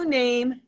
name